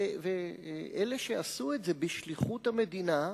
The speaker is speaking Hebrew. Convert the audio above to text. ואלה שעשו את זה בשליחות המדינה,